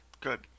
Good